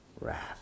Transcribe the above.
wrath